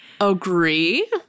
agree